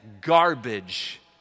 garbage